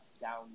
down